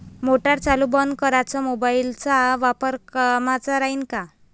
Motor चालू बंद कराच मोबाईलचा वापर कामाचा राहीन का?